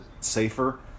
safer